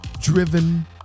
driven